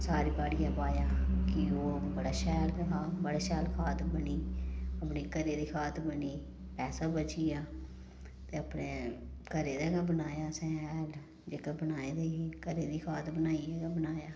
सारी बाड़ियै पाया कि ओह् बड़ा शैल हा बड़ा शैल खाद बनी अपने घरै दी खाद बनी पैसा बची गेआ ते अपने घरै दा गै बनाया असें हैल जेह्का बनाई दी ही घरै दी खाद बनाई ते बनाया